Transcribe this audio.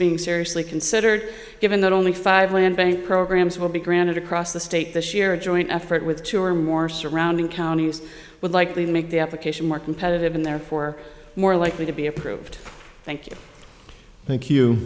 being seriously considered given that only five land bank programs will be granted across the state this year a joint effort with two or more surrounding counties would likely make the application more competitive and therefore more likely to be approved thank you thank you